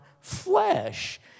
flesh